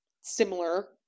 similar